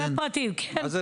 אומר פרטי, כן.